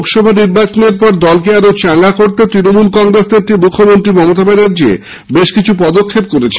লোকসভা নির্বাচনের পর দলকে আরও চাঙ্গা করতে তৃনমূল কংগ্রেস নেত্রী মুখ্যমন্ত্রী মমতা ব্যানার্জী বেশ কিছু পদক্ষেপ করেছেন